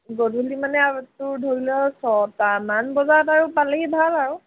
গধূলি মানে আৰু তোৰ ধৰি ল ছটামান বজাত আৰু পালেহি ভাল আৰু